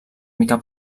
mica